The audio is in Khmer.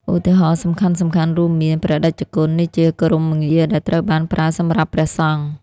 ឧទាហរណ៍សំខាន់ៗរួមមាន ព្រះតេជគុណ នេះជាគោរមងារដែលត្រូវបានប្រើសម្រាប់ព្រះសង្ឃ។